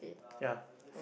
ya